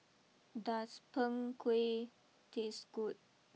does Png Kueh taste good